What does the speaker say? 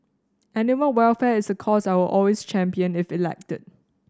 animal welfare is a cause I will always champion if elected